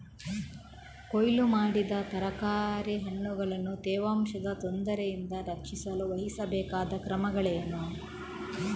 ಕೊಯ್ಲು ಮಾಡಿದ ತರಕಾರಿ ಹಣ್ಣುಗಳನ್ನು ತೇವಾಂಶದ ತೊಂದರೆಯಿಂದ ರಕ್ಷಿಸಲು ವಹಿಸಬೇಕಾದ ಕ್ರಮಗಳೇನು?